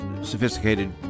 sophisticated